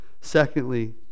Secondly